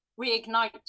reignite